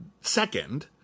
second